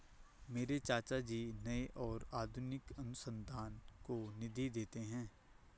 मेरे चाचा जी नए और आधुनिक अनुसंधान को निधि देते हैं